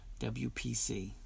WPC